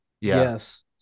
Yes